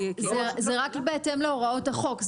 זה רק בהתאם להוראות החוק.